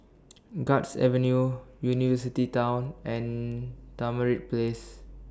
Guards Avenue University Town and Tamarind Place